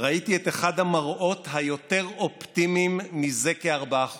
וראיתי את אחד המראות היותר-אופטימיים מזה כארבעה חודשים: